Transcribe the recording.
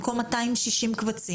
במקום 260 קבצים,